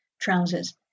trousers